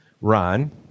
Ron